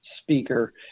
speaker